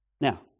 Now